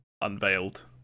unveiled